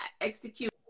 execute